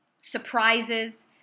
surprises